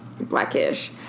blackish